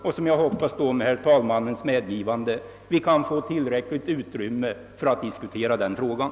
Jag hoppas att vi då med talmannens medgivande får tillräckligt utrymme att diskutera frågan.